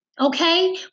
okay